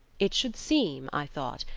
it should seem, i thought,